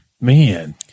Man